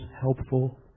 helpful